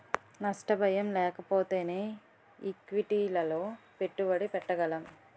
నష్ట భయం లేకపోతేనే ఈక్విటీలలో పెట్టుబడి పెట్టగలం